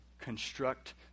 construct